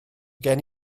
gen